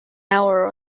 hour